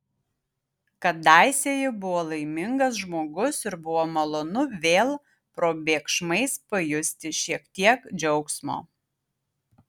kadaise ji buvo laimingas žmogus ir buvo malonu vėl probėgšmais pajusti šiek tiek džiaugsmo